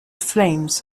flames